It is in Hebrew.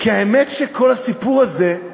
כי האמת שכל הסיפור הזה,